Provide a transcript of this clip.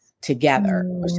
together